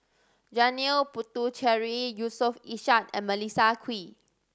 Janil Puthucheary Yusof Ishak and Melissa Kwee